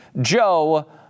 Joe